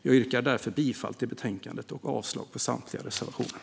Jag yrkar bifall till utskottets förslag och avslag på samtliga reservationer.